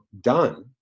done